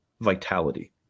vitality